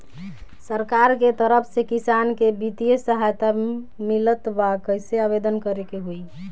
सरकार के तरफ से किसान के बितिय सहायता मिलत बा कइसे आवेदन करे के होई?